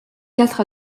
quatre